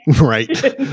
Right